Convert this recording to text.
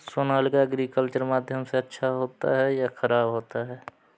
Sonalika agriculture माध्यम से अच्छा होता है या ख़राब होता है?